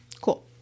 Cool